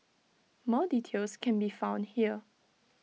more details can be found here